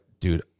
dude